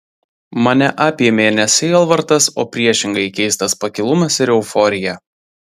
mane apėmė ne sielvartas o priešingai keistas pakilumas ir euforija